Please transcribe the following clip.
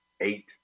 eight